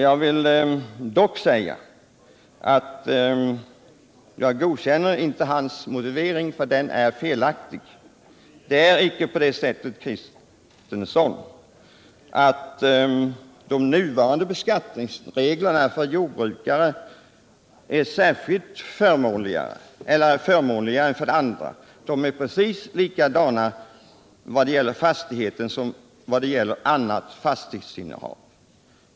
Jag vill dock säga att jag inte godkänner hans motivering, eftersom den är felaktig. Det är inte på det sättet, Valter Kristenson, att de nuvarande beskattningsreglerna är förmånligare för jordbrukare än för andra. När det gäller fastighetsinnehav är reglerna precis likadana för alla.